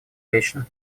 вечно